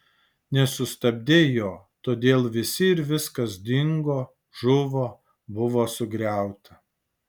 nesustabdei jo todėl visi ir viskas dingo žuvo buvo sugriauta